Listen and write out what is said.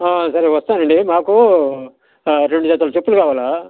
సరే వస్తానండి మాకు రెండు జతల చెప్పులు కావాలి